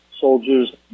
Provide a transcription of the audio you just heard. soldiers